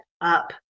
up